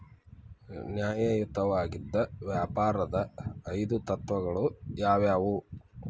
ನ್ಯಾಯಯುತವಾಗಿದ್ ವ್ಯಾಪಾರದ್ ಐದು ತತ್ವಗಳು ಯಾವ್ಯಾವು?